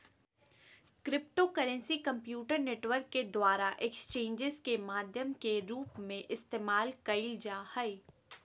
cryptocurrency computer network के द्वारा exchanges के माध्यम के रूप में इस्तेमाल कइल जा हइ